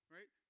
Right